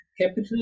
capital